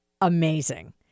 amazing